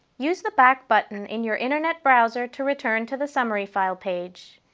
use the back button in your internet browser to return to the summary file page.